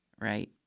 right